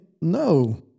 No